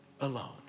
alone